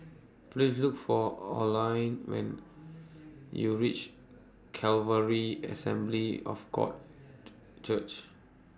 Please Look For Alline YOU REACH Calvary Assembly of God Church